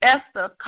Esther